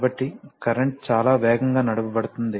కాబట్టి కరెంట్ చాలా వేగంగా నడపబడుతుంది